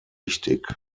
richtig